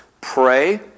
pray